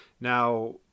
Now